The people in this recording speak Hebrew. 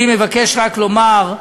אני מבקש רק לומר,